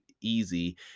easy